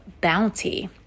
bounty